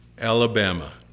Alabama